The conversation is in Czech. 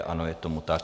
Ano, je tomu tak.